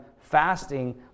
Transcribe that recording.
fasting